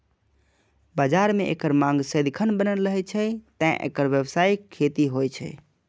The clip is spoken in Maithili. बाजार मे एकर मांग सदिखन बनल रहै छै, तें एकर व्यावसायिक खेती होइ छै